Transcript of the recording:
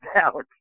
out